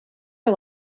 are